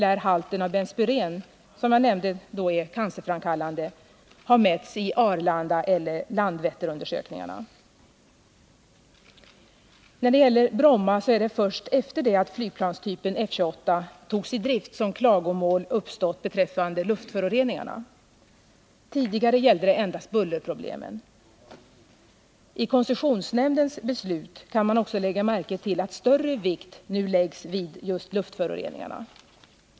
Halten av benspyren, som alltså är ett starkt cancerframkallande ämne, lär inte ha mätts i Arlandaoch Landvetterundersökningarna. När det gäller Bromma är det först efter det att flygplanstypen F 28 togs i drift som klagomål uppstått beträffande luftföroreningar. Tidigare gällde klagomålen endast bullerproblem. I koncessionsnämndens beslut kan man också lägga märke till att större vikt nu läggs vid luftföroreningarna.